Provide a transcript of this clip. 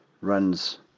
runs